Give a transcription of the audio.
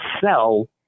sell